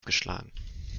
geschlagen